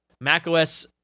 macOS